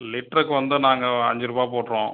லிட்ருக்கு வந்து நாங்கள் அஞ்சு ருபாய் போடுறோம்